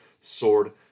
sword